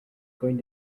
going